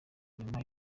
nyuma